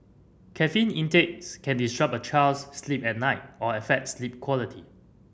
caffeine intake can disrupt a child's sleep at night or affect sleep quality